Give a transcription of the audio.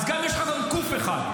אז גם יש לך קו"ף אחד,